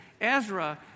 Ezra